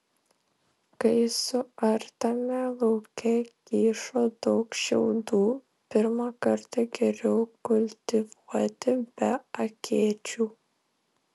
kai suartame lauke kyšo daug šiaudų pirmą kartą geriau kultivuoti be akėčių